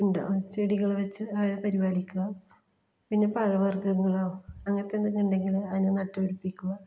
ഉണ്ടോ ചെടികൾ വച്ച് അവയെ പരിപാലിക്കുക പിന്നെ പഴവർഗ്ഗങ്ങളോ അങ്ങനത്തെ എന്തെങ്കിലും ഉണ്ടെങ്കിൽ അതിനെ നട്ട് പിടിപ്പിക്കുക